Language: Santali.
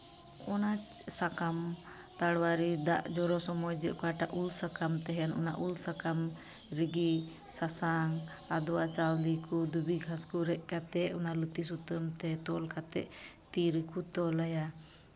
ᱚᱱᱟ ᱥᱟᱠᱟᱢ ᱛᱟᱲᱣᱟᱨᱤ ᱫᱟᱜ ᱡᱚᱨᱚᱜ ᱥᱚᱢᱚᱭ ᱚᱠᱟᱴᱟᱜ ᱩᱞ ᱥᱟᱠᱟᱢ ᱛᱟᱦᱮᱱ ᱚᱱᱟ ᱩᱞ ᱥᱟᱠᱟᱢ ᱜᱮᱜᱮ ᱥᱟᱥᱟᱝ ᱟᱫᱽᱣᱟᱪᱟᱞᱮ ᱠᱚ ᱫᱷᱩᱵᱤ ᱜᱷᱟᱥ ᱠᱚ ᱨᱮᱡᱚᱱᱟ ᱞᱩᱛᱤ ᱥᱩᱛᱟᱹᱢ ᱛᱮ ᱛᱚᱞ ᱠᱟᱛᱮᱫ ᱛᱤ ᱨᱮᱠᱚ ᱛᱚᱞ ᱟᱭᱟ